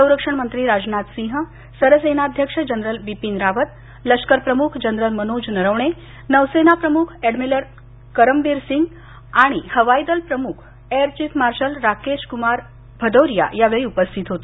संरक्षण मंत्री राजनाथ सिंह सरसेनाध्यक्ष जनरल बिपिन रावत लष्कर प्रमुख जनरल मनोज नरवणे नौसेना प्रमुख एडमिरल करमबीर सिंह आणि हवाई दल प्रमुख air chief marshal Rakesh Kumar Singh Bhadauria यावेळी उपस्थित होते